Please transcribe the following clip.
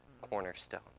cornerstone